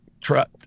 truck